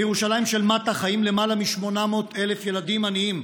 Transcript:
בירושלים של מטה חיים למעלה מ-800,000 ילדים עניים,